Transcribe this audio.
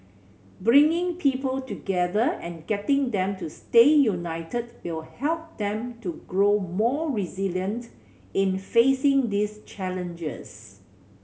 bringing people together and getting them to stay united will help them to grow more resilient in facing these challenges